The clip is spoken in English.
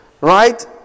Right